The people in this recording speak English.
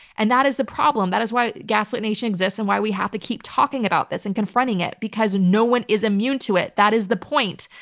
and that is the problem, that is why gaslit nation exists and why we have to keep talking about this and confronting it, because no one is immune to it. that is the point.